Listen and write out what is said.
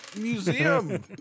museum